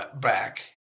back